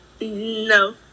No